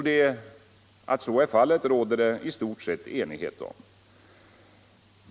Det är i stort sett enighet om detta.